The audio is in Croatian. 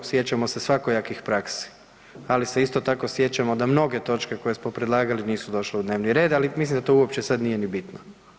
Sjećamo se svakojakih praksi, ali se isto tako sjećamo da mnoge točke koje smo predlagali nisu došle u dnevni red, ali mislim da to sad uopće nije bitno.